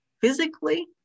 physically